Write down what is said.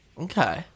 okay